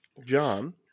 John